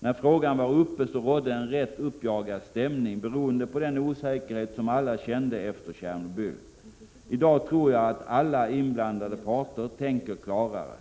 När frågan var uppe rådde en rätt uppjagad stämning, beroende på den osäkerhet som alla kände efter Tjernobyl. I dag tror jag att alla inblandade parter tänker klarare.